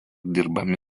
dirbami